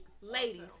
Ladies